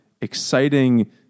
exciting